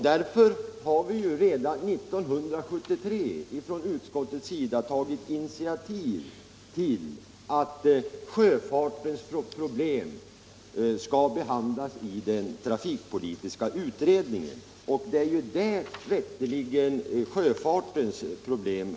Därför har vi också redan 1973 från utskottets sida tagit initiativ till att sjöfartens problem skall behandlas i den trafikpolitiska utredningen; det är ju där de rätteligen hör hemma.